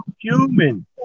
human